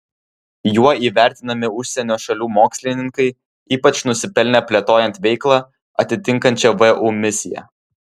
juo įvertinami užsienio šalių mokslininkai ypač nusipelnę plėtojant veiklą atitinkančią vu misiją